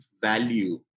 value